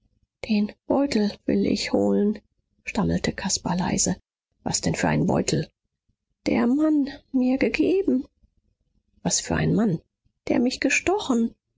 den beutel will ich holen stammelte caspar leise was denn für einen beutel der mann mir gegeben was für ein mann der mich gestochen